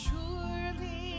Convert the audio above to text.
Surely